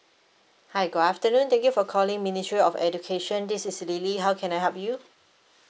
hi good afternoon thank you for calling ministry of education this is lily how can I help you